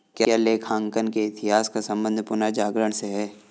क्या लेखांकन के इतिहास का संबंध पुनर्जागरण से है?